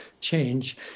change